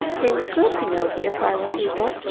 they were good, you know the asylum people.